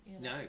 No